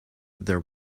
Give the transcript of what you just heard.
there